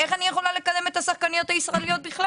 איך אנחנו יכולה לקדם את השחקניות הישראליות בכלל?